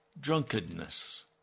drunkenness